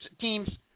teams